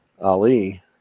Ali